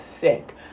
sick